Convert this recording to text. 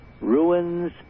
ruins